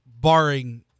barring